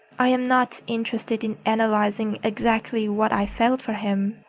i am not interested in analyzing exactly what i felt for him,